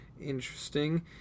Interesting